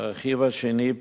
הרכיב השני,